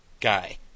Guy